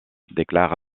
déclare